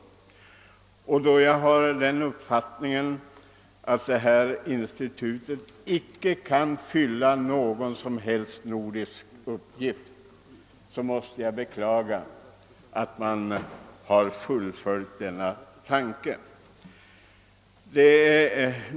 Men eftersom jag har den bestämda uppfattningen att det föreslagna institutet inte kommer att fylla någon som helst värdefull uppgift för Norden beklagar jag att man beslutat fullfölja hela denna tanke.